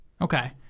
Okay